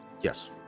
yes